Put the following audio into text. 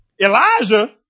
Elijah